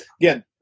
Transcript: again